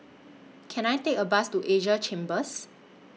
Can I Take A Bus to Asia Chambers